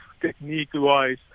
technique-wise